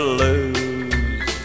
lose